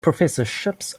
professorships